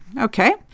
Okay